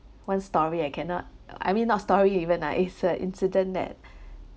one story I cannot I mean not story even ah it's a incident that